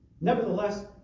Nevertheless